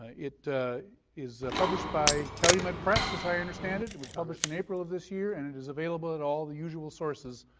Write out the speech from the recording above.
ah it is published by kelley m press as i understand it, it was published in april of this year and it is available at all the usual sources,